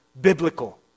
biblical